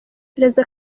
perezida